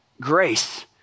grace